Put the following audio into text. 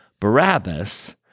Barabbas